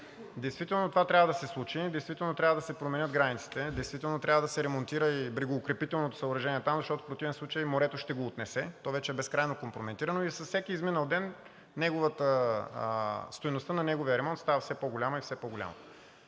Действително това трябва да се случи, действително трябва да се променят границите, действително трябва да се ремонтира и брегоукрепителното съоръжение там, защото в противен случай морето ще го отнесе, то вече е безкрайно компрометирано и с всеки изминал ден стойността на неговия ремонт става все по-голяма и по-голяма.